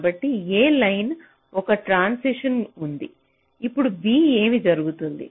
కాబట్టి A లైన్లో ఒక ట్రాన్సిషన్ ఉంది ఇప్పుడు B ఏమి జరుగుతుంది